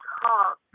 talk